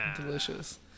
delicious